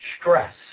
stress